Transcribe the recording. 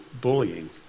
bullying